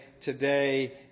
today